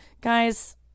Guys